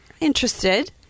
interested